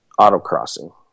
autocrossing